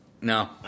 No